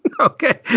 Okay